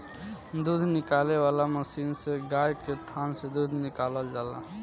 दूध निकाले वाला मशीन से गाय के थान से दूध निकालल जाला